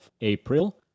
April